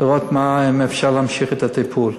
לראות אם אפשר להמשיך את הטיפול.